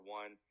one